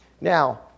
Now